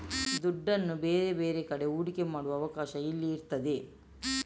ದುಡ್ಡನ್ನ ಬೇರೆ ಬೇರೆ ಕಡೆ ಹೂಡಿಕೆ ಮಾಡುವ ಅವಕಾಶ ಇಲ್ಲಿ ಇರ್ತದೆ